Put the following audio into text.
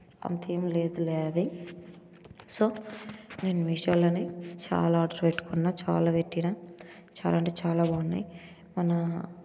అంతెం లేదులే అది సో నేను మీషోలోనే చాలా ఆర్డర్ పెట్టుకున్న చాలా పెట్టిన చాలా అంటే చాలా బాగున్నాయి మన